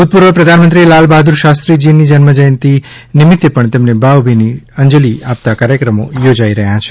ભૂતપૂર્વ પ્રધાનમંત્રી લાલબહાદૂર શાસ્ત્રીજીની જયંતી નિમિત્તે પણ તેમને ભાવભીની અંજલી આપતા કાર્યક્રમો યોજાઈ રહ્યા છે